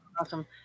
awesome